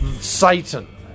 Satan